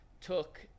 took